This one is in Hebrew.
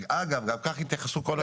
אגב, גם כך התייחסו כל השנים.